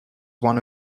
one